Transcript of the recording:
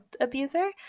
abuser